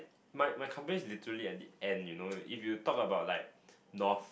my my company is literally at the end you know if you talk about like north